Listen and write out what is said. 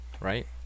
Right